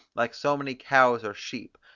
like so many cows or sheep,